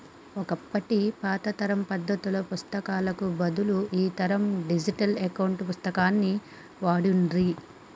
ఒకప్పటి పాత తరం పద్దుల పుస్తకాలకు బదులు ఈ తరం డిజిటల్ అకౌంట్ పుస్తకాన్ని వాడుర్రి